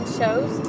shows